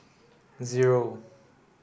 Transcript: zero